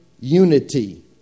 unity